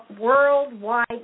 worldwide